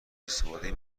استفاده